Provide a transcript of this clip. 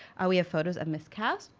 we have photos of miscast,